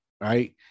Right